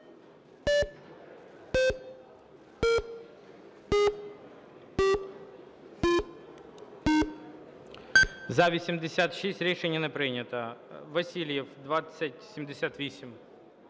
За-86 Рішення не прийнято. Васильєв, 2078.